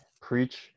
preach